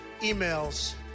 emails